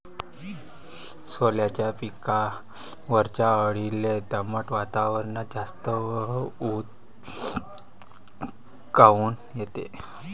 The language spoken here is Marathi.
सोल्याच्या पिकावरच्या अळीले दमट वातावरनात जास्त ऊत काऊन येते?